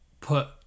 put